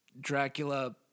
Dracula